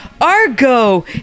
Argo